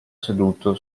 seduto